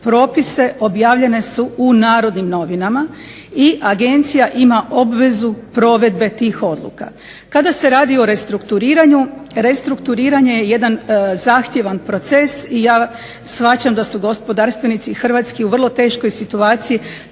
propise objavljene su u Narodnim novinama i agencija ima obvezu provedbe tih odluka. Kada se radi o restrukturiranju restrukturiranje je jedan zahtjevan proces i ja shvaćam da su gospodarstvenici hrvatski u vrlo teškoj situaciji